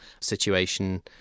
situation